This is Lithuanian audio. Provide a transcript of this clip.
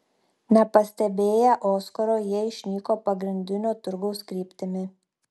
nepastebėję oskaro jie išnyko pagrindinio turgaus kryptimi